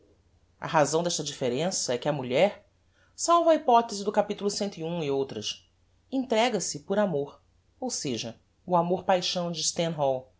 a razão desta differença é que a mulher salva a hypothese do cap ci e outras entrega se por amor ou seja o amor paixão de